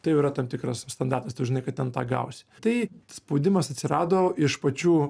tai jau yra tam tikras standartas tu žinai kad ten tą gausi tai spaudimas atsirado iš pačių